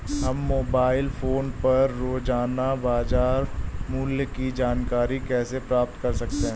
हम mobile phone पर रोजाना बाजार मूल्य की जानकारी कैसे प्राप्त कर सकते हैं?